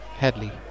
Headley